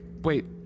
Wait